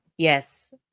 Yes